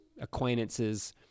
acquaintances